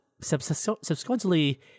Subsequently